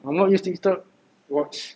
ahmad used TikTok watch